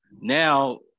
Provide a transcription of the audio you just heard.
now